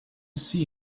see